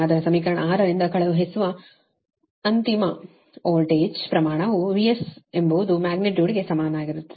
ಆದ್ದರಿಂದ ಸಮೀಕರಣ 6 ರಿಂದ ಕಳುಹಿಸುವ ಅಂತಿಮ ವೋಲ್ಟೇಜ್ ಪ್ರಮಾಣವು VS ಎಂಬುದು ಮ್ಯಾಗ್ನಿಟ್ಯೂಡ್ ಗೆ ಸಮಾನವಾಗಿರುತ್ತದೆ